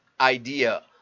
idea